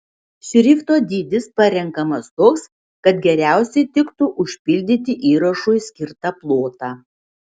šrifto dydis parenkamas toks kad geriausiai tiktų užpildyti įrašui skirtą plotą